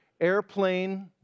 airplane